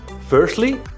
Firstly